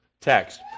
text